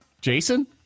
Jason